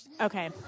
Okay